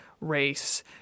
race